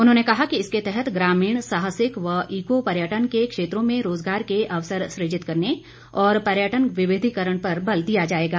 उन्होंने कहा कि इसके तहत ग्रामीण साहसिक व ईको पर्यटन के क्षेत्रों में रोजगार के अवसर सृजित करने और पर्यटन विविधिकरण पर बल दिया जाएगा